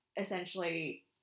essentially